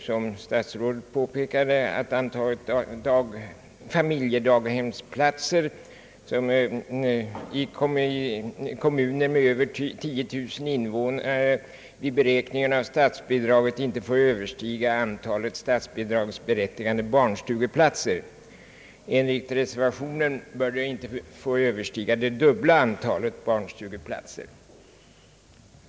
Som statsrådet påpekade innebär den regeln att i kommuner med över 10000 invånare bidrag inte utgår för flera familjedaghemsplatser än som motsvarar antalet statsbidragsberättigade barnstugeplatser i kommunen. Enligt reservationen bör inte antalet familjedaghemsplatser få överstiga det dubbla antalet barnstugeplatser.